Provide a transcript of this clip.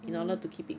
oh